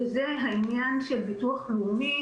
וזה העניין של ביטוח לאומי,